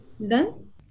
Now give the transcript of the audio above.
Done